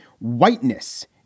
whiteness